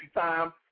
time